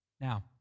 Now